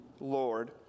Lord